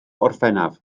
orffennaf